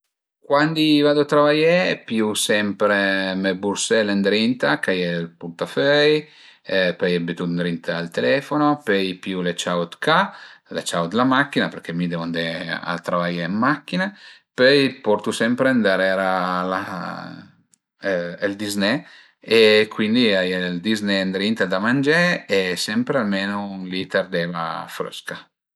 Cuandi vadu a travaié pìu sempre me bursel ëndrinta ch'a ie ël purtaföi, pöi bütu ëndrinta ël telefono, pöi i pìu le ciau d'ca, le ciau d'la macchina perché mi devu andé al travai ën macchina, pöi portu sempre darera ël dizné e cuindi a ie ël dizné ëndrinta da mangé e sempre almenu ün liter d'eva frësca